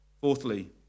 fourthly